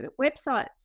websites